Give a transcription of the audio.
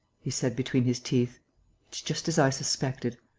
he said, between his teeth. it's just as i suspected.